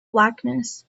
blackness